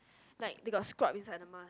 like they got scrub inside the mask